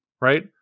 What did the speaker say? Right